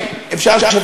זו